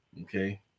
Okay